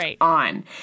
on